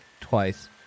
twice